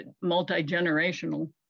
multi-generational